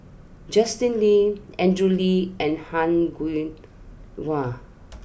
Justin Lean Andrew Lee and Han